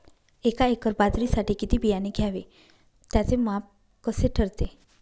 एका एकर बाजरीसाठी किती बियाणे घ्यावे? त्याचे माप कसे ठरते?